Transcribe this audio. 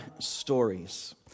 stories